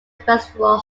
festival